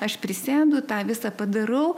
aš prisėdu tą visa padarau